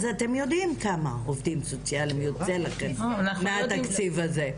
אז אתם יודעים כמה עובדים סוציאליים יוצא לכם מהתקציב הזה.